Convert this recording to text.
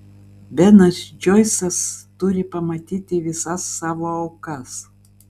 benas džoisas turi pamatyti visas savo aukas